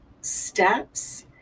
steps